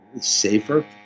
safer